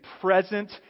present